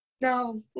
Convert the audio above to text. no